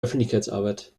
öffentlichkeitsarbeit